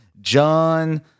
john